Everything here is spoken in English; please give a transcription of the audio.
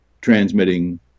transmitting